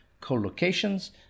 collocations